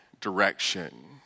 direction